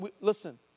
Listen